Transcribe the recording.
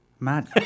mad